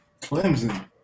Clemson